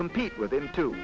compete with them to